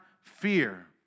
fear